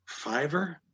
fiverr